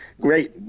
great